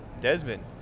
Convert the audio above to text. Desmond